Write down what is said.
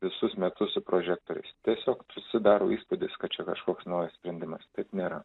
visus metus su prožektoriais tiesiog susidaro įspūdis kad čia kažkoks naujas sprendimas taip nėra